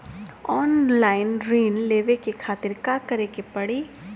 Online ऋण लेवे के खातिर का करे के पड़ी?